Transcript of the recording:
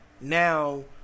Now